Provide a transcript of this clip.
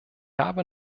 habe